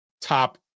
top